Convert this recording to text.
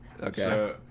Okay